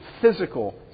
physical